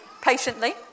patiently